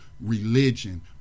religion